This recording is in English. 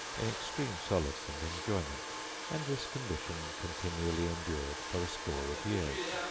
in extreme solace and enjoyment and this condition continually endured for a score of years.